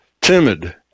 timid